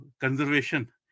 conservation